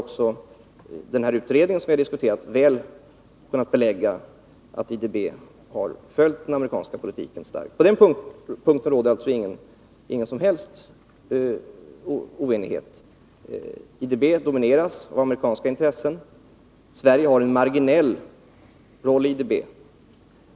Den utredning vi har diskuterat har också väl kunnat belägga att IDB:s politik i det avseendet följt den amerikanska politiken. På den punkten råder det alltså ingen som helst oenighet. IDB domineras av amerikanska intressen. Sverige har en marginell roll i IDB.